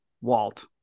Walt